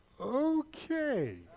Okay